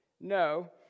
No